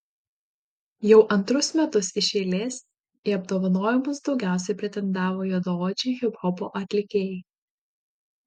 jau antrus metus iš eilės į apdovanojimus daugiausiai pretendavo juodaodžiai hiphopo atlikėjai